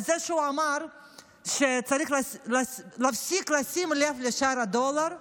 על זה שהוא אמר שצריך להפסיק לשים לב לשער הדולר?